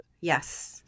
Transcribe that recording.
yes